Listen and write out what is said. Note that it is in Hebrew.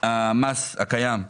המס הקיים.